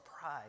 pride